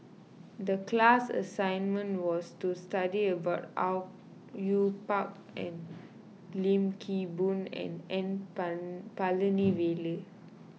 the class assignment was to study about Au Yue Pak and Lim Kim Boon and N Palanivelu